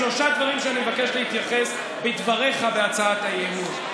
בשלושה דברים אני מבקש להתייחס לדבריך בהצעת האי-אמון.